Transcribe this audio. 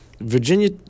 Virginia